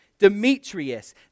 Demetrius